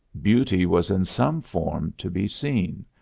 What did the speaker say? beauty was in some form to be seen,